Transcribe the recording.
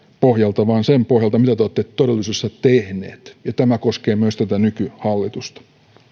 pohjalta vaan sen pohjalta mitä te olette todellisuudessa tehneet ja tämä koskee myös nykyhallitusta